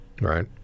Right